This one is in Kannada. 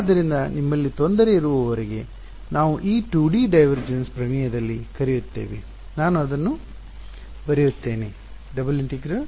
ಆದ್ದರಿಂದ ನಿಮ್ಮಲ್ಲಿ ತೊಂದರೆ ಇರುವವರಿಗೆ ನಾವು ಈ 2ಡಿ ಡೈವರ್ಜೆನ್ಸ್ ಪ್ರಮೇಯದಲ್ಲಿ ಕರೆಯುತ್ತೇವೆ ನಾನು ಅದನ್ನು ಬರೆಯುತ್ತೇನೆ ∫∫∇